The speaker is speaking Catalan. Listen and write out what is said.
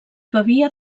bevia